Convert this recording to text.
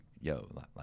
yo